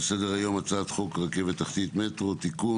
על סדר-היום: הצעת חוק רכבת תחתית (מטרו)(תיקון),